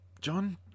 John